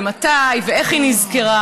ומתי ואיך היא נזכרה,